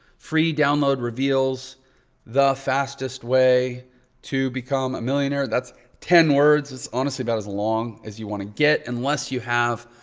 free download reveals the fastest way to become a millionaire. that's ten words. it's honestly about as long as you want to get unless you have,